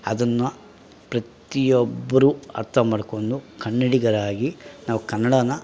ಅದನ್ನ ಪ್ರತಿಯೊಬ್ಬರು ಅರ್ಥ ಮಾಡ್ಕೊಂಡು ಕನ್ನಡಿಗರಾಗಿ ನಾವು ಕನ್ನಡಾನ